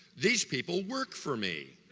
these people work for me